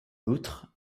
outre